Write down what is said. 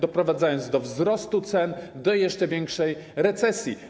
To prowadzi do wzrostu cen i do jeszcze większej recesji.